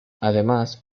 además